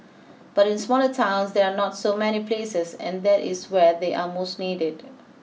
but in smaller towns there are not so many places and that is where they are most needed